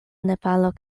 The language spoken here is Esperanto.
nepalo